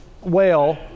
whale